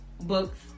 books